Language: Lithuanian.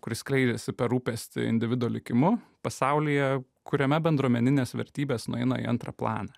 kuri skleidžiasi per rūpestį individo likimu pasaulyje kuriame bendruomeninės vertybės nueina į antrą planą